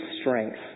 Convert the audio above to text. strength